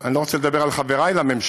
ואני לא רוצה לדבר על חבריי לממשלה,